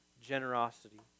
generosity